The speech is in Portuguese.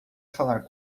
falar